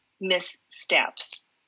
missteps